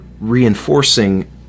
reinforcing